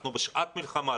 אנחנו בשעת מלחמה.